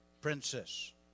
princess